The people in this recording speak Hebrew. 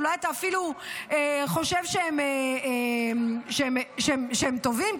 אולי אתה אפילו חושב שהם טובים,